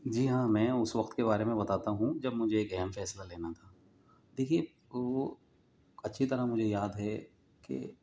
جی ہاں میں اس وقت کے بارے میں بتاتا ہوں جب مجھے ایک اہم فیصلہ لینا تھا دیکھئے وہ اچھی طرح مجھے یاد ہے کہ